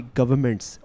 governments